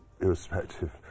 irrespective